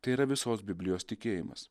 tai yra visos biblijos tikėjimas